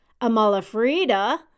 Amalafrida